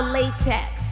Latex